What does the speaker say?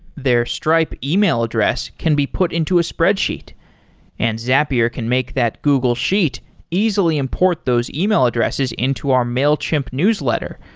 their stripe email address can be put into a spreadsheet and zapier can make that google sheet easily import those email addresses into our mailchimp newsletter,